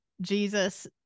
Jesus